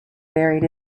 buried